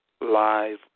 live